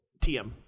tm